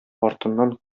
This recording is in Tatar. артыннан